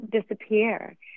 disappear